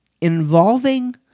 involving